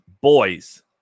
boys